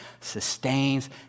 sustains